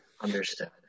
Understood